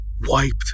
Wiped